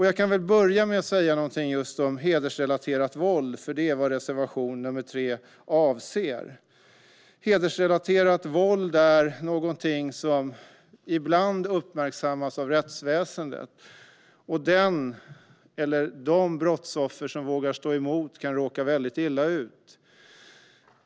Jag kan börja med att säga någonting om just hedersrelaterat våld, för det är vad reservation 3 avser. Hedersrelaterat våld är någonting som ibland uppmärksammas av rättsväsendet, och de brottsoffer som vågar stå emot kan råka väldigt illa ut.